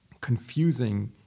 confusing